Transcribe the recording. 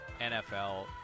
NFL